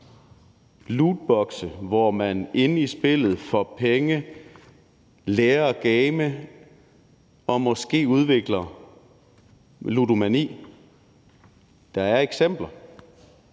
lootboxe, hvor man inde i spillet får penge, lærer at game og måske udvikler ludomani. Der er eksempler.